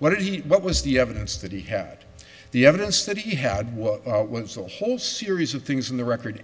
what he what was the evidence that he had the evidence that he had what was the whole series of things in the record